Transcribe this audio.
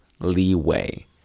leeway